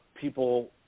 people